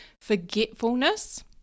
Forgetfulness